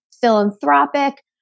philanthropic